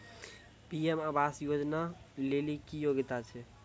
PM आवास योजना लेली की योग्यता छै?